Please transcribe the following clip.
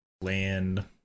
land